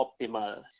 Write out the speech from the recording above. optimal